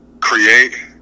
create